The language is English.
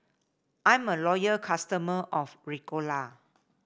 I'm a loyal customer of Ricola